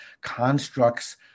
constructs